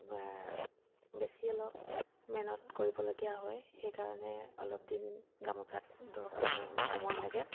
বেছি অলপ মেহনত কৰিবলগীয়া হয় সেইকাৰণে অলপ দিন গামোচাত সময় লাগে